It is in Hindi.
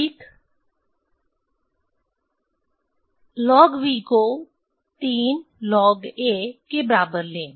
ln v को 3ln a के बराबर लें